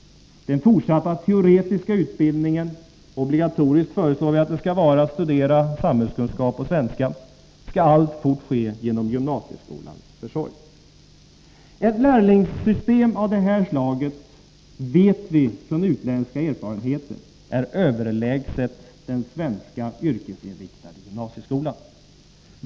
Den fortsatta teoretiska utbildningen — vi föreslår att det skall vara obligatoriskt att studera samhällskunskap och svenska — skall alltfort ske genom gymnasieskolans försorg. Vi vet från utländska erfarenheter att ett lärlingssystem av det här slaget är överlägset den svenska yrkesinriktade gymnasieskolan.